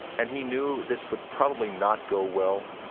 and he knew this would probably not go well,